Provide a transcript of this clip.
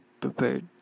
prepared